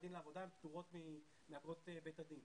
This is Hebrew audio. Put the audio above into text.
הדין לעבודה הן פטורות מאגרות בית הדין.